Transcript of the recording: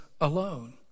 alone